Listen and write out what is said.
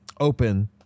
open